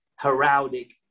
heraldic